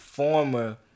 former